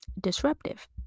disruptive